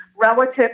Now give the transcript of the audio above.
relative